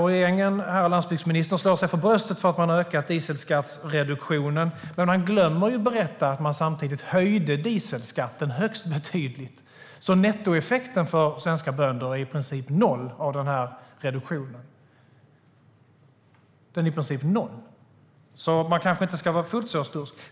Regeringen och landsbygdsministern slår sig för bröstet för att man har ökat dieselskattsreduktionen, men ministern glömmer att berätta att man samtidigt höjde dieselskatten högst betydligt. Nettoeffekten för svenska bönder av reduktionen är alltså i princip noll. Man kanske inte ska vara fullt så stursk.